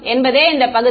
என்பதே இந்த பகுதி